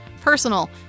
personal